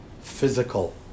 physical